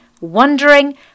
wondering